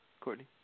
Courtney